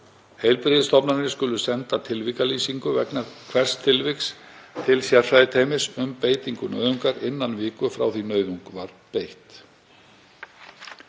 Heilbrigðisstofnanir skulu senda tilvikalýsingu vegna hvers tilviks til sérfræðiteymis um beitingu nauðungar innan viku frá því nauðung var beitt.